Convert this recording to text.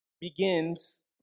begins